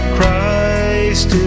Christ